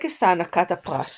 טקס הענקת הפרס